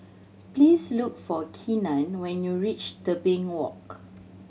please look for Keenan when you reach Tebing Walk